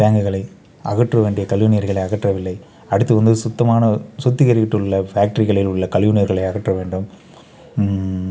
டேங்குகளை அகற்ற வேண்டிய கழிவு நீர்களை அகற்றவில்லை அடுத்து வந்து சுத்தமான சுத்திகரித்துள்ள பேக்ட்ரிகளில் உள்ள கழிவுநீர்களை அகற்ற வேண்டும்